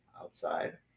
outside